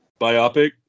Biopic